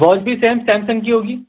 watch بھی سیم Samsung کی ہوگی